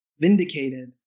Vindicated